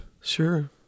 Sure